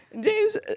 james